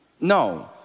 No